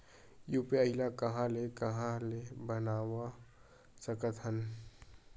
UPI ल कहां ले कहां ले बनवा सकत हन?